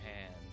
hands